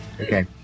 Okay